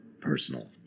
Personal